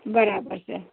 બરાબર છે